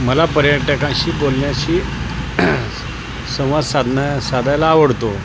मला पर्यटकांशी बोलण्याशी संवाद साधणं साधायला आवडतो